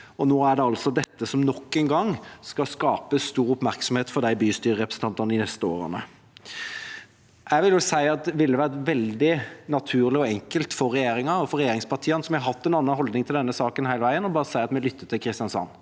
nå er det altså dette som nok en gang skal skape stor oppmerksomhet for disse bystyrerepresentantene de neste årene. Det ville vært veldig naturlig og enkelt for regjeringa og for regjeringspartiene, som har hatt en annen holdning til denne saken hele veien, å bare si at vi lytter til Kristiansand.